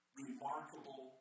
remarkable